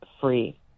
free